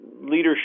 leadership